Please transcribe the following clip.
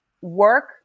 work